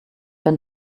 wenn